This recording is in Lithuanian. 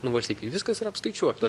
nu valstybei viskas yra apskaičiuota